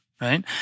Right